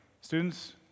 Students